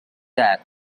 that